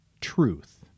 truth